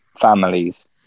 families